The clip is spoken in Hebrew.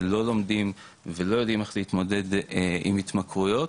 שלא לומדים ולא יודעים איך זה להתמודד עם התמכרויות